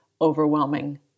overwhelming